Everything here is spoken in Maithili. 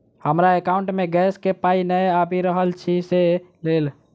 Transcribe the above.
हमरा एकाउंट मे गैस केँ पाई नै आबि रहल छी सँ लेल?